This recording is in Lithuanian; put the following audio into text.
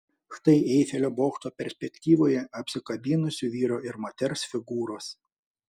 štai eifelio bokšto perspektyvoje apsikabinusių vyro ir moters figūros